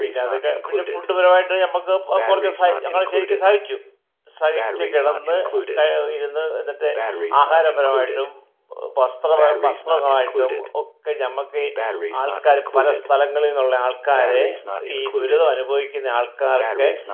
പിന്നെ അതൊക്കെ പിന്നെ ഫുഡ് പരമായിട്ട് നമുക്ക് കുറച്ച് സഹി ഞങ്ങൾ ശരിക്കും സഹിച്ചു സഹിച്ച് കിടന്ന് കഴി ഇരുന്ന് എന്നിട്ടേ ആഹാരപരമായിട്ടും വസ്ത്രപരമായിട്ടും ഒക്കെ നമുക്ക് ഈ ആൾക്കാർ പല സ്ഥലങ്ങളിൽ നിന്നുള്ള ആൾക്കാരെ ഈ ദുരിതം അനുഭവിക്കുന്ന ആൾക്കാർക്ക്